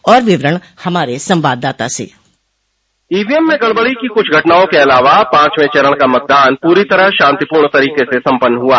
और विवरण हमारे संवाददाता से ईवीएम में गड़बड़ी की कुछ घटनाओं के अलावा पांचवे चरण का मतदान प्री तरह शांतिपूर्ण तरीके से संपन्न हुआ